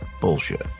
bullshit